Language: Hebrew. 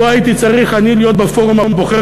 לו הייתי צריך אני להיות בפורום הבוחר,